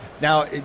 Now